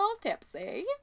tipsy